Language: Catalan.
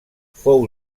fou